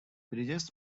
bridges